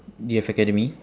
D_F academy